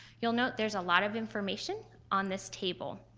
you'll note there's a lot of information on this table.